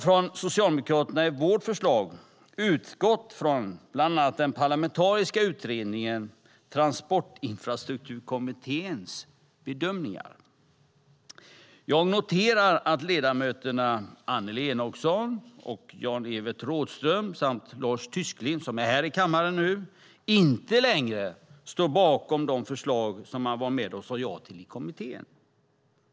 I Socialdemokraternas förslag har vi utgått från den parlamentariska utredningen Transportinfrastrukturkommitténs bedömningar. Jag noterar att ledamöterna Annelie Enochson, Jan-Evert Rådhström och Lars Tysklind - som är här i kammaren - inte längre står bakom de förslag som man var med och sade ja till i kommittén.